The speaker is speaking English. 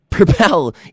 Propel